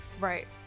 right